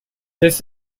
this